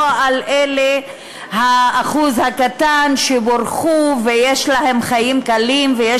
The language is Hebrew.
לא על האחוז הקטן שבורכו ויש להם חיים קלים ויש